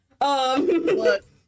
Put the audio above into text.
Look